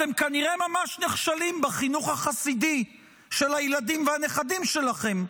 אתם כנראה ממש נכשלים בחינוך החסידי של הילדים והנכדים שלכם,